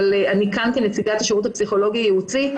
אבל אני כאן כנציגת השירות הפסיכולוגי הייעוצי,